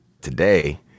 Today